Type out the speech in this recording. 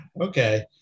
Okay